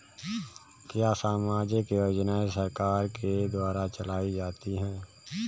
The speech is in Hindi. क्या सामाजिक योजनाएँ सरकार के द्वारा चलाई जाती हैं?